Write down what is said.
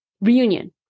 reunion